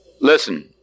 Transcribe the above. Listen